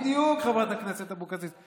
בדיוק, חברת הכנסת אבקסיס.